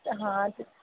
हां ते